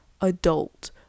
adult